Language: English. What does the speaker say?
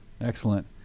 Excellent